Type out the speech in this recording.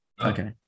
okay